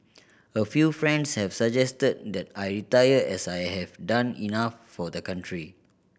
a few friends have suggested that I retire as I have done enough for the country